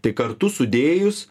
tai kartu sudėjus